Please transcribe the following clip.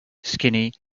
skinny